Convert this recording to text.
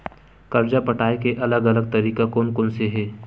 कर्जा पटाये के अलग अलग तरीका कोन कोन से हे?